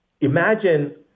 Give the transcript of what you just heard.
Imagine